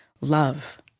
love